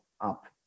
up